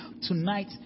Tonight